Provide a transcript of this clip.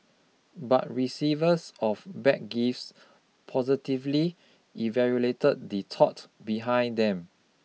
but receivers of bad gifts positively evaluated the thought behind them